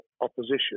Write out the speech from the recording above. opposition